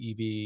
EV